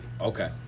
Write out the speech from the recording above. Okay